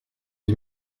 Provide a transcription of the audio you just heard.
dix